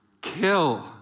kill